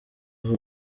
aho